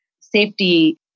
safety